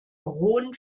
rhône